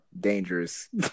dangerous